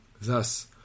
Thus